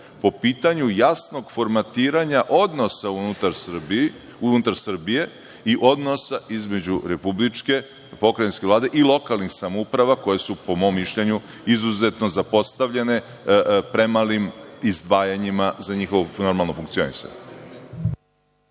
po pitanju jasnog formatiranja odnosa unutar Srbije i odnosa između Republičke i Pokrajinske vlade i lokalnih samouprava koje su, po mom mišljenju, izuzetno zapostavljene premalim izdvajanjima za njihovo normalno funkcionisanje.